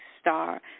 star